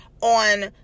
on